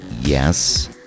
Yes